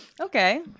Okay